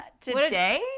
today